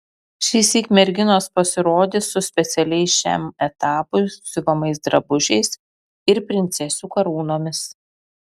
šįsyk merginos pasirodys su specialiai šiam etapui siuvamais drabužiais ir princesių karūnomis